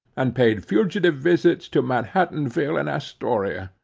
and paid fugitive visits to manhattanville and astoria.